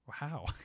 Wow